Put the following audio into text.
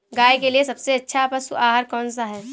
गाय के लिए सबसे अच्छा पशु आहार कौन सा है?